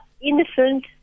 innocent